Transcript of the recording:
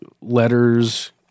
letters